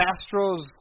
Castro's